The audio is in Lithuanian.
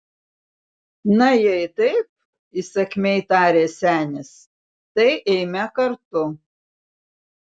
na jei taip įsakmiai tarė senis tai eime kartu